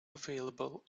available